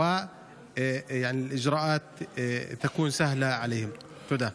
וכדי שההליכים יהיו פשוטים עבורם.) תודה.